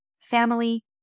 family